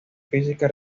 física